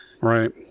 Right